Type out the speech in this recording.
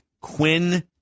Quinn